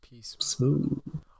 Smooth